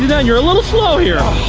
nine you're a little slow here.